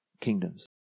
kingdoms